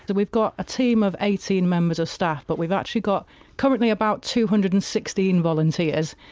but we've got a team of eighteen members of staff but we've actually got currently about two hundred and sixteen volunteers.